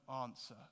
answer